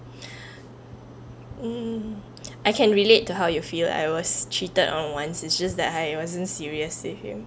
mm I can relate to how you feel I was cheated on once it's just that I wasn't seriously him